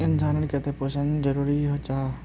इंसान नेर केते पोषण चाँ जरूरी जाहा?